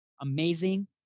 amazing